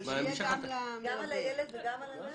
גם על הילד וגם על הנהג.